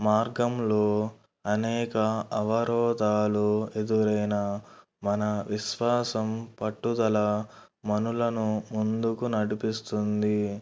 మార్గంలో అనేక అవరోధాలు ఎదురైన మన విశ్వాసం పట్టుదల మనలను ముందుకు నడిపిస్తుంది